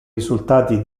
risultati